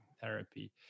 therapy